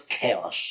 chaos